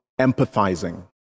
empathizing